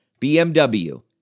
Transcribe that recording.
BMW